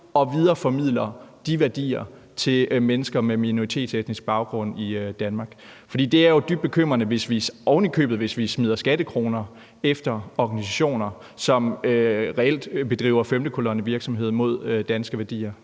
og videreformidler de værdier til mennesker med minoritetsetnisk baggrund i Danmark? For det er jo dybt bekymrende, især hvis vi ovenikøbet smider skattekroner efter organisationer, som reelt bedriver femtekolonnevirksomhed mod danske værdier.